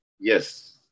Yes